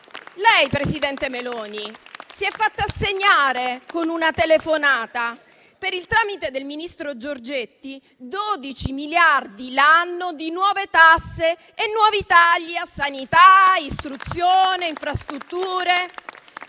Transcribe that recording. Lei, presidente Meloni, si è fatta assegnare con una telefonata, per il tramite del ministro Giorgetti, 12 miliardi l'anno di nuove tasse e nuovi tagli a sanità, istruzione, infrastrutture.